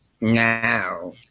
now